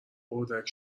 اردک